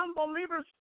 unbelievers